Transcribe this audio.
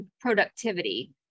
productivity